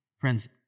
Friends